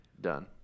done